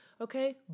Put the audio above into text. Okay